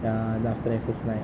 ya then after that